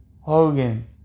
Hogan